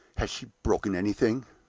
has she broken anything?